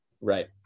Right